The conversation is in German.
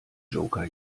joker